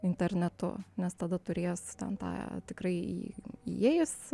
internetu nes tada turės ten tą tikrai jį įėjus